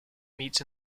meets